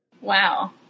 Wow